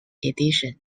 edition